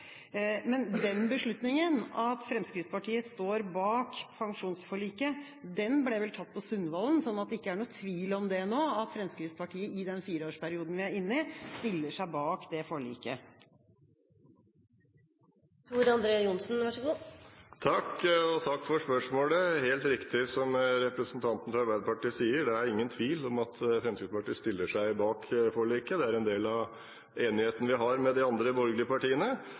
Men den beslutninga, at Fremskrittspartiet står bak pensjonsforliket, ble vel tatt på Sundvolden. Så det er vel ikke noen tvil nå om at Fremskrittspartiet i den fireårsperioden vi er inne i, stiller seg bak det forliket? Takk for spørsmålet. Det er helt riktig som representanten fra Arbeiderpartiet sier: Det er ingen tvil om at Fremskrittspartiet stiller seg bak forliket. Det er en del av enigheten vi har med de andre borgerlige partiene.